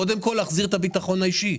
קודם כול להחזיר את הביטחון האישי,